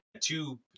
two